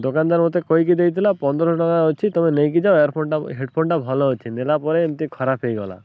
ଦୋକାନଦାର ମୋତେ କହିକି ଦେଇଥିଲା ପନ୍ଦର ଟଙ୍କା ଅଛି ତୁମେ ନେଇକି ଯାଅ ଇୟର୍ ଫୋନଟା ହେଡ଼୍ ଫୋନଟା ଭଲ ଅଛି ନେଲା ପରେ ଏମିତି ଖରାପ ହେଇଗଲା